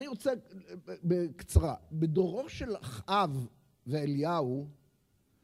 אני רוצה בקצרה, בדורו של אחאב ואליהו